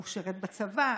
הוא שירת בצבא,